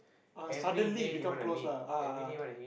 ah suddenly become close lah ah ah